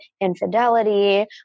infidelity